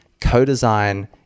Co-design